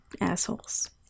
assholes